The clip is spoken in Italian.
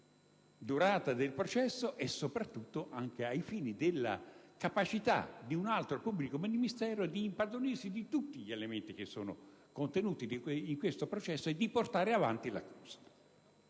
durata del processo e soprattutto con riferimento alla capacità di un altro pubblico ministero di impadronirsi di tutti gli elementi che sono contenuti in questo processo e di portare avanti l'accusa.